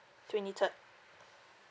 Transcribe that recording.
twenty third